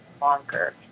longer